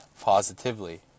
positively